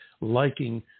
liking